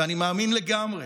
ואני מאמין לגמרי